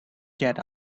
get